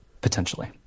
potentially